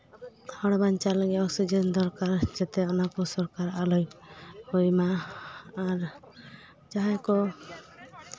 ᱦᱚᱲ ᱵᱟᱧᱪᱟᱣ ᱞᱟᱹᱜᱤᱫ ᱚᱠᱥᱤᱡᱮᱱ ᱫᱚᱨᱠᱟᱨᱟ ᱡᱟᱛᱮ ᱚᱱᱟᱠᱚ ᱥᱚᱨᱠᱟᱨ ᱟᱞᱚᱭ ᱤᱭᱟᱹᱭ ᱢᱟ ᱟᱨ ᱡᱟᱦᱟᱸᱭ ᱠᱚ